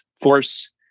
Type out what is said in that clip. force